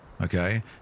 Okay